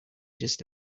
just